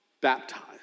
baptized